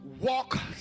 walk